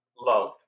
Love